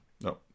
No